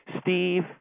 Steve